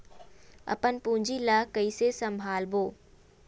अपन पूंजी ला कइसे संभालबोन?